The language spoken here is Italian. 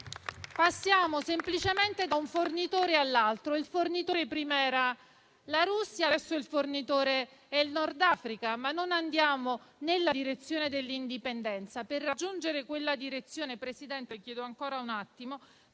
Passiamo semplicemente da un fornitore all'altro; il fornitore prima era la Russia, adesso è il Nord Africa, ma non andiamo nella direzione dell'indipendenza. Per raggiungere quella direzione tutti gli indicatori ci dicono